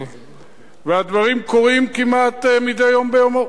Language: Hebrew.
והדברים קורים כמעט מדי יום ביומו,